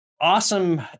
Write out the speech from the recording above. awesome